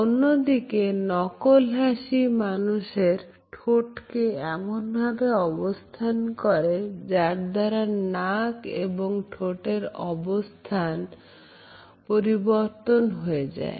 অন্যদিকে নকল হাসি মানুষের ঠোঁটকে এমনভাবে অবস্থান করে যার দ্বারা নাক এবং ঠোঁটের অবস্থান পরিবর্তন হয়ে যায়